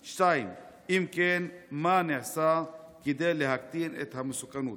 2. אם כן, מה נעשה כדי להקטין את המסוכנות?